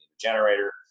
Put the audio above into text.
generator